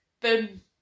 Boom